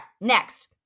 next